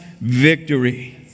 victory